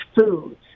foods